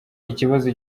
ikibazo